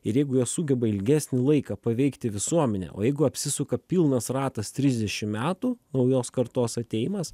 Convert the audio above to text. ir jeigu jos sugeba ilgesnį laiką paveikti visuomenę o jeigu apsisuka pilnas ratas trsidešim metų naujos kartos atėjimas